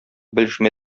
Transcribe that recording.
белешмә